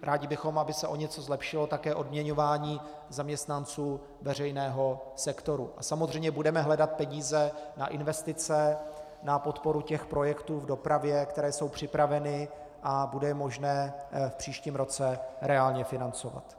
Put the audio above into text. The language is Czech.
Rádi bychom, aby se o něco zlepšilo také odměňování zaměstnanců veřejného sektoru, a samozřejmě budeme hledat peníze na investice na podporu projektů v dopravě, které jsou připraveny a bude je možné v příštím roce reálně financovat.